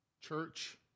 church